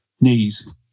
knees